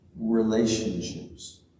relationships